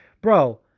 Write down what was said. bro